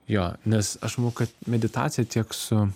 jo nes aš manau kad meditacija tiek su